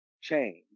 change